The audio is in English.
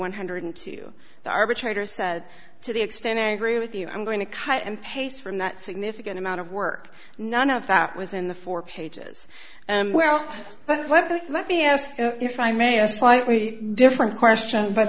one hundred to the arbitrator said to the extent i agree with you i'm going to cut and paste from that significant amount of work none of that was in the four pages and well let me let me ask if i may a slightly different question but